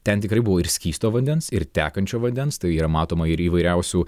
ten tikrai buvo ir skysto vandens ir tekančio vandens tai yra matoma ir įvairiausių